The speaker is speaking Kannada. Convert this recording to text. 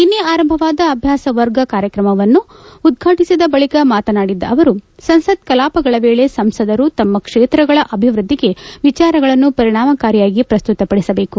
ನಿನ್ನೆ ಆರಂಭವಾದ ಅಭ್ಯಾಸ್ ವರ್ಗ್ ಕಾರ್ಯಾಗಾರವನ್ನು ಉದ್ವಾಟಿಸಿದ ಬಳಿಕ ಮಾತನಾಡಿದ್ದ ಅವರು ಸಂಸತ್ ಕಲಾಪಗಳ ವೇಳೆ ಸಂಸದರು ತಮ್ಮ ಕ್ಷೇತ್ರಗಳ ಅಭಿವೃದ್ದಿಗೆ ವಿಚಾರಗಳನ್ನು ಪರಿಣಾಮಕಾರಿಯಾಗಿ ಪ್ರಸ್ತುತಪದಿಸಬೇಕು